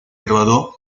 graduó